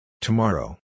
Tomorrow